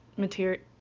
material